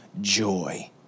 joy